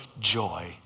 joy